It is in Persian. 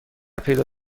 پیدا